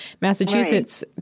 massachusetts